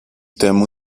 temu